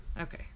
okay